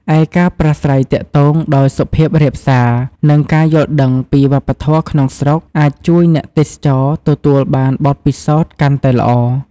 ឯការប្រាស្រ័យទាក់ទងដោយសុភាពរាបសារ និងការយល់ដឹងពីវប្បធម៌ក្នុងស្រុក អាចជួយអ្នកទេសចរទទួលបានបទពិសោធន៍កាន់តែល្អ។